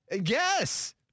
Yes